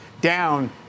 down